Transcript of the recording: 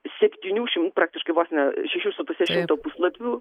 septynių šim praktiškai vos ne šešių su puse šimto puslapių